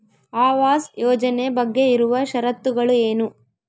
ಆವಾಸ್ ಯೋಜನೆ ಬಗ್ಗೆ ಇರುವ ಶರತ್ತುಗಳು ಏನು?